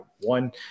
one